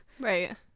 Right